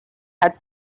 had